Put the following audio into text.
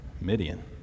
Midian